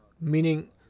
Meaning،